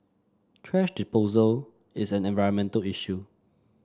thrash disposal is an environmental issue